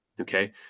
Okay